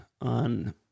on